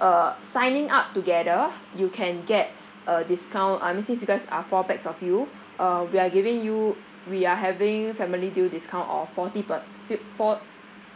uh signing up together you can get a discount I mean since you guys are four pax of you uh we are giving you we are having family deal discount of forty per few four